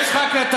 יש לך הקלטה,